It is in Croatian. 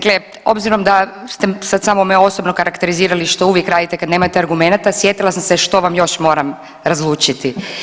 Dakle, obzirom da ste sad samo me osobno karakterizirali što uvijek radite kad nemate argumenata sjetila sam se što vam još moram razlučiti.